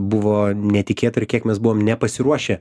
buvo netikėta ir kiek mes buvom nepasiruošę